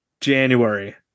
January